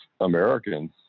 Americans